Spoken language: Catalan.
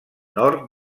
nord